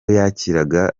yakiraga